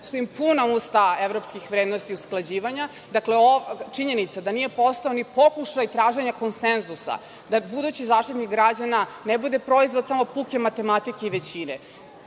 su im puna usta evropskih vrednosti usklađivanja. Dakle, činjenica da nije postojao ni pokušaj traženja konsenzusa da budući Zaštitnik građana ne bude proizvod samo puke matematike većine,